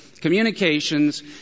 communications